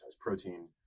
protein